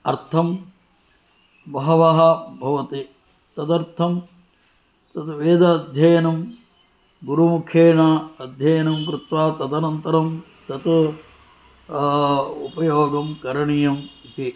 अर्थं बहवः भवति तदर्थं तत् वेदाध्ययनं गुरुमुखेण अध्ययनं कृत्वा तदनन्तरं तत् उपयोगं करणीयम् इति